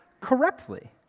correctly